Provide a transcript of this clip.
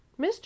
Mr